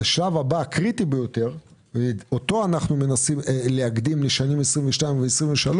הוא קריטי ביותר ואותו אנחנו מנסים להקדים לשנים 22'-23'.